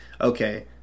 okay